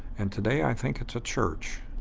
and today i think it's a church,